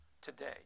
today